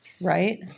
Right